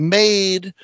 made